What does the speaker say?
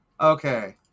Okay